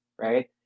right